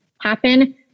happen